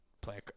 play